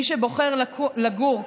מי שבוחר לגור,